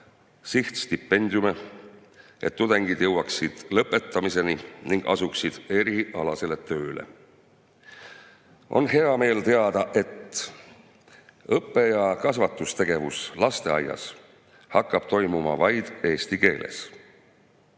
sihtstipendiume, et tudengid jõuaksid lõpetamiseni ning asuksid erialasele tööle. On hea meel teada, et õppe‑ ja kasvatustegevus lasteaias hakkab toimuma vaid eesti keeles.